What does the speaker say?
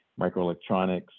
microelectronics